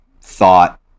thought